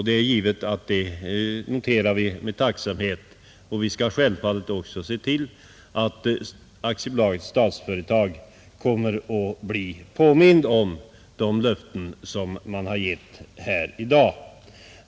Det är givet att vi noterar det med tacksamhet, Vi skall självfallet också se till att Statsföretag AB blir påmint om de löften som man har givit här i dag.